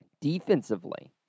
Defensively